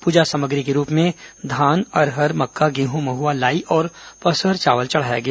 पूजा सामग्री के रूप में धान अरहर मक्का गेहूं महुआ लाई और पसहर चावल चढ़ाया गया